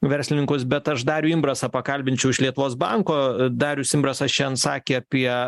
verslininkus bet aš darių imbrasą pakalbinčiau iš lietuvos banko darius imbrasas šian sakė apie